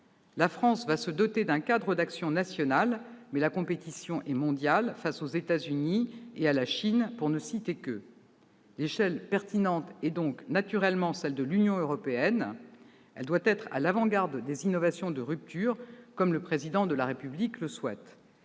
La France va se doter d'un cadre d'action national, mais la compétition est mondiale, notamment avec les États-Unis et la Chine, pour ne citer que ces deux États. L'échelle pertinente est donc naturellement celle de l'Union européenne, qui doit être à l'avant-garde des innovations de rupture, comme le Président de la République le souhaite.